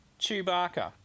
Chewbacca